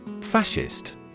Fascist